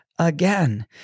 Again